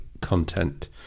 content